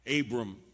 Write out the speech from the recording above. Abram